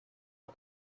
rwe